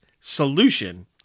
solution